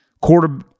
quarter